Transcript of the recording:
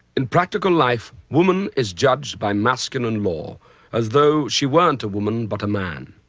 in practical life, woman is judged by masculine law as though she weren't a woman but a man.